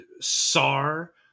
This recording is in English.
Sar